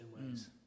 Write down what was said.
ways